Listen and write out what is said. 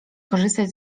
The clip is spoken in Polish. korzystać